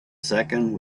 second